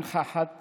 הנכחת